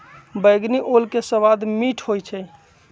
बइगनी ओल के सवाद मीठ होइ छइ